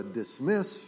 dismiss